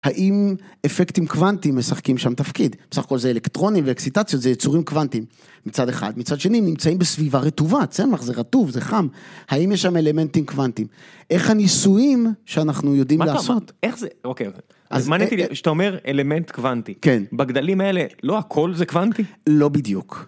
האם אפקטים קוואנטים משחקים שם תפקיד? בסך הכול זה אלקטרונים ואקסיטציות, זה יצורים קוואנטים מצד אחד, מצד שני הם נמצאים בסביבה רטובה, צמח זה רטוב, זה חם, האם יש שם אלמנטים קוואנטים? איך הניסויים שאנחנו יודעים לעשות... -איך זה, אוקיי, אז מה נהיה, כשאתה אומר אלמנט קוואנטי, -כן. -בגדלים האלה, לא הכול זה קוואנטי? -לא בדיוק.